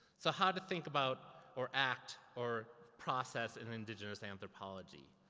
so how to think about, or act, or process, an indigenous anthropology.